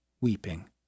weeping